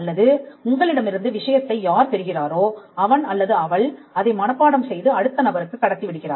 அல்லது உங்களிடமிருந்து விஷயத்தை யார் பெறுகிறாரோ அவன் அல்லது அவள் அதை மனப்பாடம் செய்து அடுத்த நபருக்குக் கடத்தி விடுகிறார்